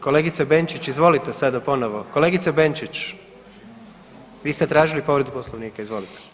Kolegice Benčić, izvolite sada ponovo, kolegice Benčić vi ste tražili povredu Poslovnika, izvolite.